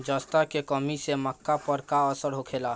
जस्ता के कमी से मक्का पर का असर होखेला?